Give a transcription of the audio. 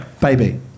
Baby